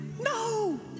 No